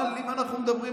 אבל אם אנחנו מדברים,